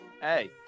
hey